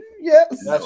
Yes